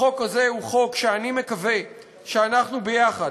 החוק הזה הוא חוק שאני מקווה שאנחנו ביחד,